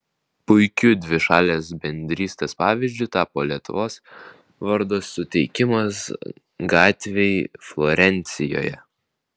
puikiu dvišalės bendrystės pavyzdžiu tapo lietuvos vardo suteikimas gatvei florencijoje